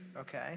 Okay